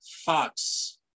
Fox